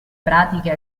pratiche